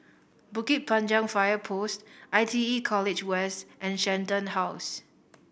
Bukit Panjang Fire Post I T E College West and Shenton House